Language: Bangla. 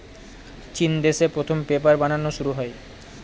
চিন দেশে প্রথম পেপার বানানো শুরু হয়